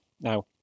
Now